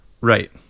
Right